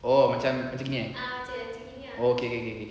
oh macam macam gini eh oh okay okay okay okay